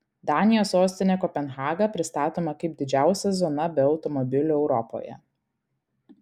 danijos sostinė kopenhaga pristatoma kaip didžiausia zona be automobilių europoje